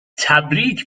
تبریک